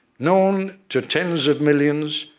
known to tens of millions,